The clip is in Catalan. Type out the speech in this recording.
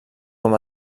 com